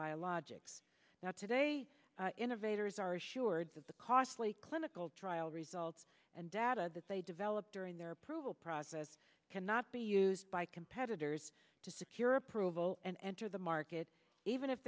biologics now today innovators are assured that the costly clinical trial results and data that they developed during their approval process cannot be used by competitors to secure approval and enter the market even if